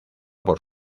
por